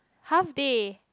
half day